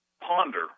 ponder